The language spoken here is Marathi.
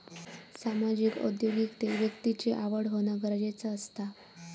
सामाजिक उद्योगिकतेत व्यक्तिची आवड होना गरजेचा असता